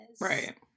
Right